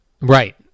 Right